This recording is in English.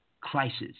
crisis